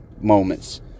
moments